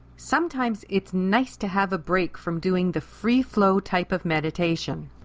sometimes it's nice to have a break from doing the free flow type of meditation.